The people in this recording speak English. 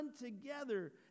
together